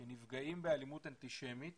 שנפגעים מאלימות אנטישמית